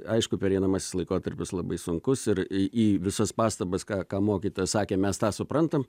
aišku pereinamasis laikotarpis labai sunkus ir į į visas pastabas ką ką mokytoja sakė mes tą suprantam